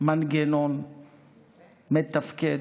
מנגנון מתפקד,